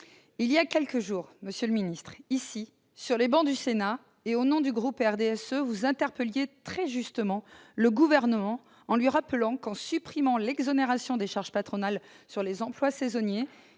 Il y a quelques jours, monsieur le ministre, ici même, dans l'hémicycle du Sénat et au nom du groupe du RDSE, vous interpelliez très justement le Gouvernement, lui rappelant qu'en supprimant l'exonération des charges patronales sur les emplois saisonniers